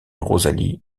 rosalie